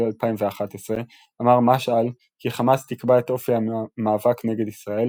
2011 אמר משעל כי חמאס תקבע את אופי המאבק נגד ישראל,